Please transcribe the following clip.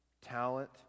talent